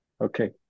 okay